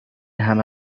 همه